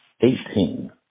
eighteen